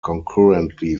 concurrently